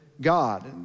God